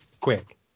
quick